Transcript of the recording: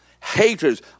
haters